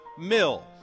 mill